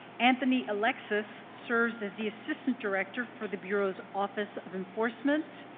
anthony alexis serves as the assistant director for the bureau's office of enforcement.